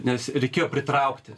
nes reikėjo pritraukti